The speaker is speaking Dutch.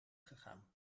gegaan